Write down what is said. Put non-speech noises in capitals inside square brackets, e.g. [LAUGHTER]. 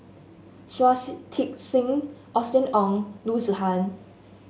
Shui [UNINTELLIGIBLE] Tit Sing Austen Ong Loo Zihan